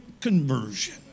conversion